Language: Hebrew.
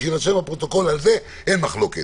יירשם בפרוטוקול שעל זה אין מחלוקת,